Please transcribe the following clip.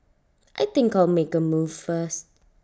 I think I'll make A move first